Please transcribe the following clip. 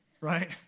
Right